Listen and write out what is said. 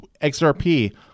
XRP